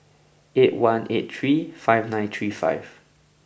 eight one eight three five nine three five